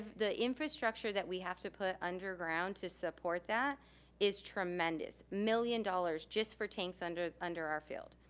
the infrastructure that we have to put underground to support that is tremendous. million dollars just for tanks under under our field.